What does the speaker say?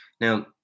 now